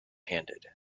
handed